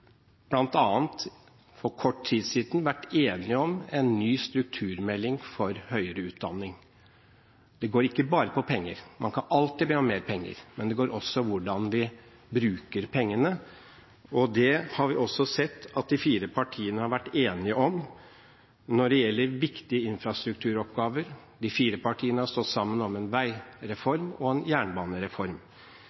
bl.a. for kort tid siden vært enige om en ny strukturmelding for høyere utdanning. Det handler ikke bare om penger – man kan alltid be om mer penger – det handler også om hvordan man bruker pengene. Det har vi også sett at de fire partiene har vært enige om når det gjelder viktige infrastrukturoppgaver. De fire partiene har stått sammen om en veireform og en jernbanereform